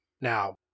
Now